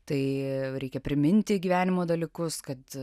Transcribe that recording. tai reikia priminti gyvenimo dalykus kad